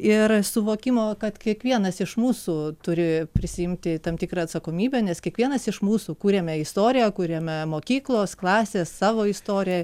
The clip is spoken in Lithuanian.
ir suvokimo kad kiekvienas iš mūsų turi prisiimti tam tikrą atsakomybę nes kiekvienas iš mūsų kuriame istoriją kuriame mokyklos klasės savo istoriją